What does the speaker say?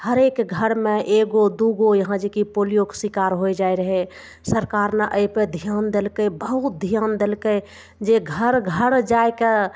हरेक घरमे एगो दुगो यहाँ जे कि पोलियोके शिकार हो जाइ रहय सरकार ने अइपर ध्यान देलकय बहुत ध्यान देलकय जे घर घर जाइके